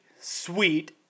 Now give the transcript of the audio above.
sweet